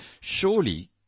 surely